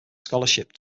scholarship